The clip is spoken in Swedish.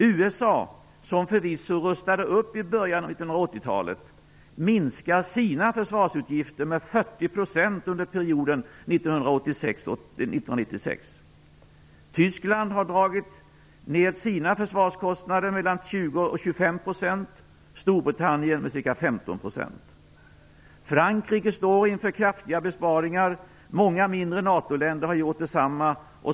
USA, som förvisso rustade upp i början av 1980 talet, minskar sina försvarsutgifter med 40 % under perioden 1986-1996. Tyskland har dragit ned sina försvarskostnader med 20-25 % och Storbritannien med ca 15 %. Frankrike står inför kraftiga besparingar. Många mindre NATO-länder har gjort det samma.